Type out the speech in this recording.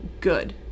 good